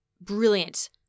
brilliant